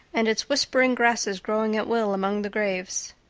and its whispering grasses growing at will among the graves.